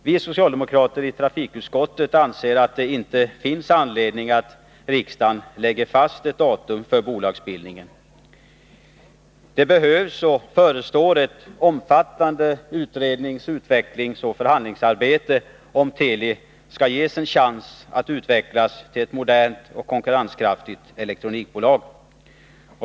Vi socialdemokrater i trafikutskottet anser inte att det finns anledning för riksdagen att lägga fast ett datum för bolagsbildningen. Det förestår ett omfattande utrednings-, utvecklingsoch förhandlingsarbete om Teli skall ges en chans att utvecklas till ett modernt och konkurrenskraftigt elektronikbolag.